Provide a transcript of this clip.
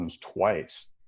twice